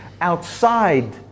outside